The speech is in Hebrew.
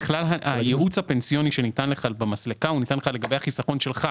הייעוץ הפנסיוני שניתן לך במסלקה ניתן לך לגבי החיסכון שלך.